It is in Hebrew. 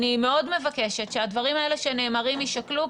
אני מאוד מבקשת שהדברים האלה שנאמרים יישקלו,